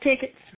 tickets